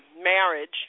marriage